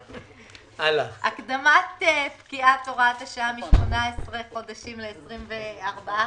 הקדמת פקיעת הוראת השעה מ-18 חודשים ל-24 חודשים.